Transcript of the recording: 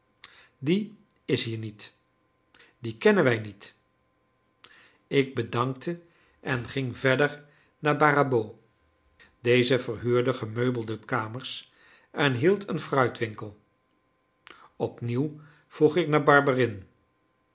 die is hier niet dien kennen wij niet ik bedankte en ging verder naar barrabaud deze verhuurde gemeubelde kamers en hield een fruitwinkel opnieuw vroeg ik naar